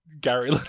Gary